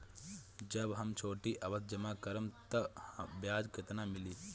जब हम छोटी अवधि जमा करम त ब्याज केतना मिली?